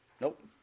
Nope